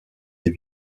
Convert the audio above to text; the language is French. des